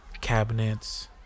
cabinets